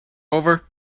over